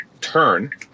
turn